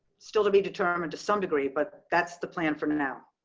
still to be determined to some degree, but that's the plan for now.